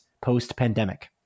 post-pandemic